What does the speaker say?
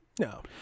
No